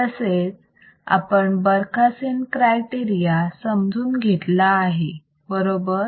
तसेच आपण Barkhausen criteria समजून घेतला आहे बरोबर